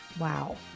Wow